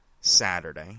Saturday